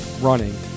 running